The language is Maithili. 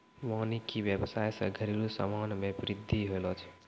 वानिकी व्याबसाय से घरेलु समान मे बृद्धि होलो छै